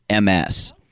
MS